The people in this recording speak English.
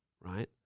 right